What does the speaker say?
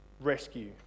rescue